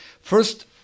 First